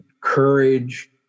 courage